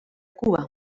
cuba